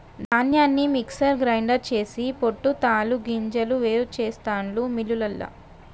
ధాన్యాన్ని mixer grinder చేసి పొట్టు తాలు గింజలు వేరు చెస్తాండు మిల్లులల్ల